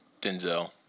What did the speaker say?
Denzel